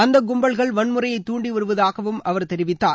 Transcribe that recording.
அந்த கும்பல்கள் வன்முறையை தூண்டிவருவதாக தெரிவித்தார்